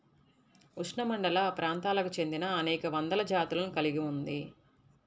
ఉష్ణమండలప్రాంతాలకు చెందినఅనేక వందల జాతులను కలిగి ఉంది